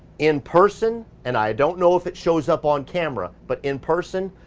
in person, and i don't know if it shows up on camera, but in person,